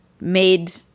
made